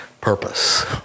purpose